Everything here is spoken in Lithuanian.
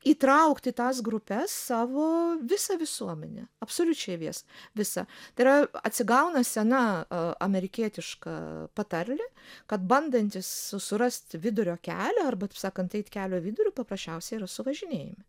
įtraukt į tas grupes savo visą visuomenę absoliučiai vis visą tai yra atsigauna sena amerikietiška patarlė kad bandantys surast vidurio kelio arba taip sakant eit kelio viduriu paprasčiausiai suvažinėjami